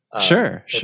Sure